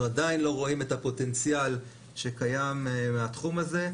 אנחנו עדיין לא רואים את הפוטנציאל שקיים מהתחום הזה,